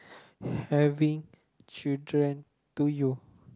having children to you